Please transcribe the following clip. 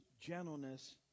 gentleness